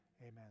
Amen